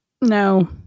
No